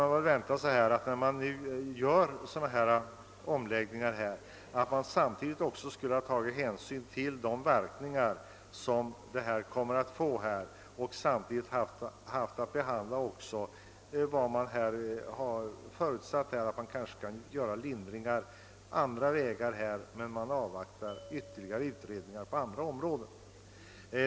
Man hade väntat sig att hänsyn skulle ha tagits till vilka följder förslag av denna art kan komma att få lokaliseringspolitiskt och att något skulle ha sagts om vilka lindringar av eventuefla skadeverkningar som kunde tänkas. Men i stället avvaktas bara ytterligare utredning på andra områden.